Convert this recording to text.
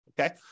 okay